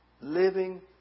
Living